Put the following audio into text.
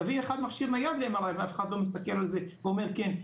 להביא מכשיר נייד ואף אחד לא מסתכל על זה ואומר כן,